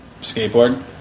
skateboard